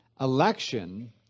election